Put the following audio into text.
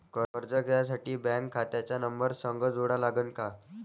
कर्ज घ्यासाठी बँक खात्याचा नंबर संग जोडा लागन का?